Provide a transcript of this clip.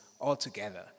altogether